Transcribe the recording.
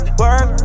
work